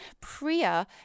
Priya